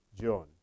John